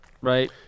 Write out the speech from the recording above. right